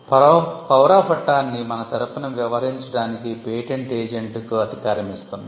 power of attorney మన తరపున వ్యవహరించడానికి పేటెంట్ ఏజెంట్కు అధికారం ఇస్తుంది